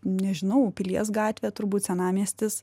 nežinau pilies gatvė turbūt senamiestis